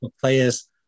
players